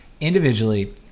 Individually